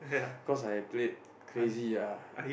cause I played crazy ah